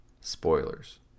spoilers